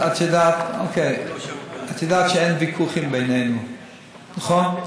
את יודעת שאין ויכוחים בינינו, נכון?